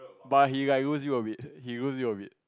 but he like lose you a bit he lose you a bit